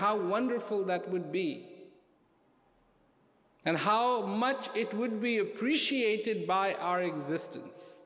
how wonderful that would be and how much it would be appreciated by our existence